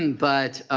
and but